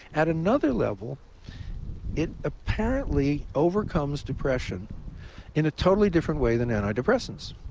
at another level it apparently overcomes depression in a totally different way that antidepressants.